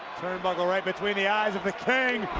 turnbuckle right between the eyes of the king,